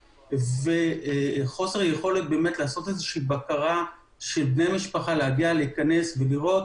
וחוסר יכולת לעשות בקרה של המשפחה להיכנס ולראות